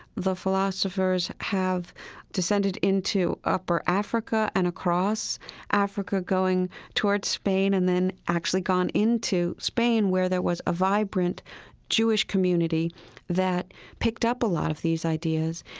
the philosophers have descended into upper africa and across africa going towards spain. and then, actually gone into spain where there was a vibrant jewish community that picked up a lot of these ideas.